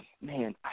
man